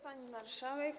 Pani Marszałek!